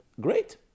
great